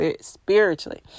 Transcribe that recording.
spiritually